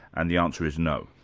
and the answer is no.